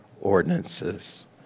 ordinances